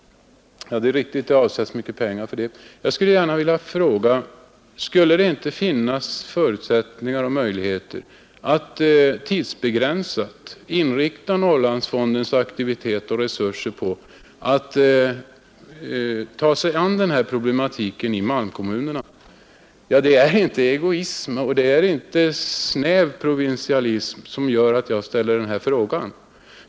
Ja, det är riktigt att det avsätts mycket pengar till den. Skulle det inte finnas möjligheter att tidsbegränsat inrikta Norrlandsfondens aktivitet och resurser på att ta sig an den här problematiken i malmkommunerna? Det är inte egoism och det är inte snäv provinsialism som gör att jag ställer den frågan.